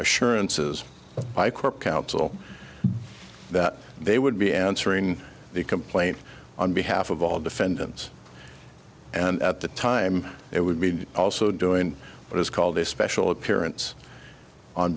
assurances by corp counsel that they would be answering the complaint on behalf of all defendants and at the time it would be also doing what is called a special appearance on